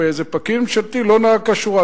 איזה פקיד ממשלתי לא נהג כשורה,